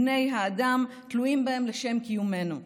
בני האדם, תלויים בהן לשם קיומנו.